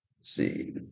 see